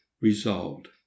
Resolved